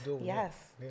Yes